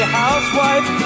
housewife